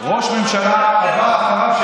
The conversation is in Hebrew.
ראש הממשלה הבא אחריו,